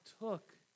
took